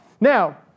Now